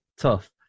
tough